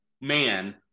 man